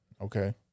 okay